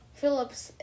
Phillips